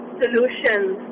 solutions